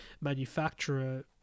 manufacturer